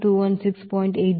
80